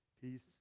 peace